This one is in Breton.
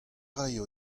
raio